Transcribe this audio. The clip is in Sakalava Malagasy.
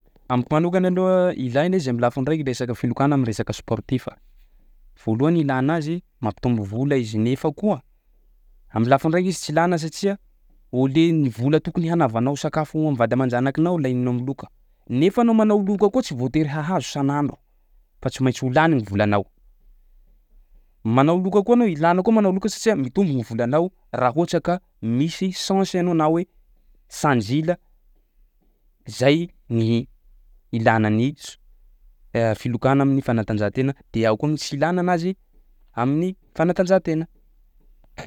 Amiko manokany aloha ilaina izy am'lafiny raiky resaka filokana am'resaka sportif. Voalohany ilana azy mampitombo vola izy nefa koa am'lafiny raiky izy tsy ilana satsia au lieu ny vola tokony hanavanao sakafo ho am'vady aman-janakinao lainao am'loka nefa anao manao loka koa tsy voatery hahazo isan'andro fa tsy maintsy ho lany ny volanao. Manao loka koa anao ilanao koa manao loka satsia mitombo ny volanao raha ohatsa ka misy chance anao na hoe sanjila zay ny ilana ny s- amin'ny fanatanjahantena de ao koa ny tsy ilana anazy amin'ny fanatanjahantena.